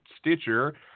Stitcher